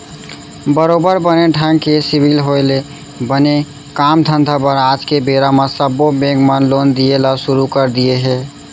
बरोबर बने ढंग के सिविल होय ले बने काम धंधा बर आज के बेरा म सब्बो बेंक मन लोन दिये ल सुरू कर दिये हें